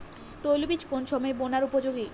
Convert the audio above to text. তৈলবীজ কোন সময়ে বোনার উপযোগী?